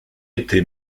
été